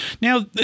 Now